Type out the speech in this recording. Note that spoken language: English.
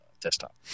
desktop